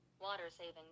water-saving